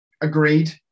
Agreed